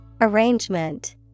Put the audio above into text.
Arrangement